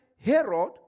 Herod